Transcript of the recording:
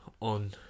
on